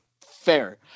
fair